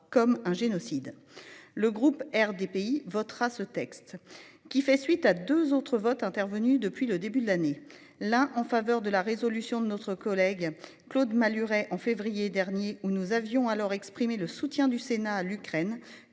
Le groupe RDPI votera ce texte qui fait suite à 2 autres votes intervenus depuis le début de l'année là en faveur de la résolution de notre collègue Claude Malhuret en février dernier où nous avions alors exprimé le soutien du Sénat l'Ukraine